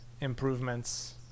improvements